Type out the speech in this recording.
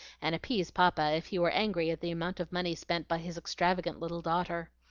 and appease papa if he were angry at the amount of money spent by his extravagant little daughter.